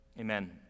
amen